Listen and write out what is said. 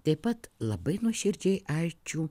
taip pat labai nuoširdžiai ačiū